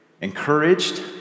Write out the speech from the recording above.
encouraged